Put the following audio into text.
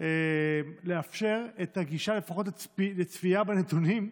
לאפשר את הגישה, לפחות לצפייה בנתונים,